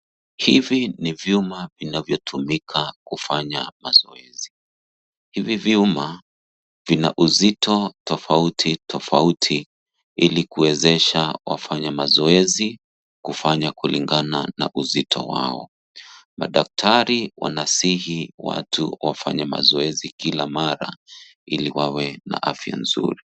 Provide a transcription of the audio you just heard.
Hivi ni vyuma vinavyotumika kufanya mazoezi. Hivi vyuma vina uzito tofauti tofauti ili kuwezesha wafanya mazoezi kufanya kulingana na uzito wao. Madaktari wanasihi watu wafanye mazoezi kila mara ili wawe na afya nzuri.